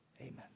Amen